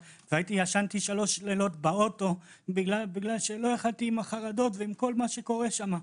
ישנתי שלושה לילות באוטו בגלל שלא יכולתי עם החרדות ועם כל מה שקורה שם.